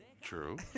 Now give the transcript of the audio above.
True